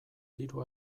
diru